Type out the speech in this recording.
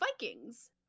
vikings